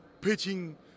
pitching